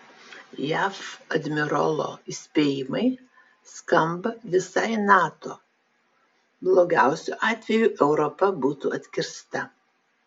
jav admirolo įspėjimai skamba visai nato blogiausiu atveju europa būtų atkirsta